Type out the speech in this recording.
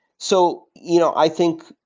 so you know i think,